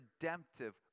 redemptive